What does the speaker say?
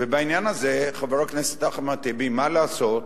בעניין הזה, חבר הכנסת אחמד טיבי, מה לעשות?